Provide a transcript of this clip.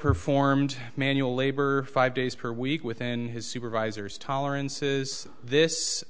performed manual labor five days per week within his supervisors tolerances this